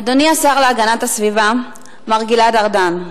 אדוני השר להגנת הסביבה מר גלעד ארדן,